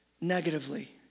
negatively